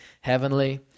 heavenly